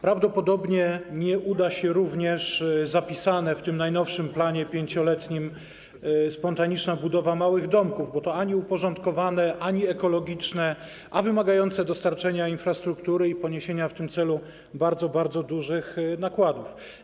Prawdopodobnie nie uda się również zapisana w tym najnowszym planie 5-letnim koncepcja spontanicznej budowy małych domków, bo to ani uporządkowane, ani ekologiczne, a wymagające zapewnienia infrastruktury i poniesienia w tym celu bardzo, bardzo dużych nakładów.